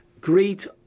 Great